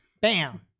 bam